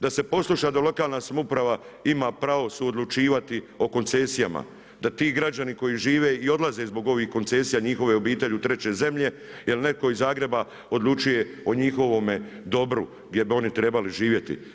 Da se posluša da lokalna samouprava ima pravo suodlučivati o koncesijama, da ti građani koji žive i odlaze zbog ovih koncesija, njihove obitelji u treće zemlje jer netko iz Zagreba odlučuje o njihovome dobru gdje bi oni trebali živjeti.